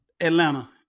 Atlanta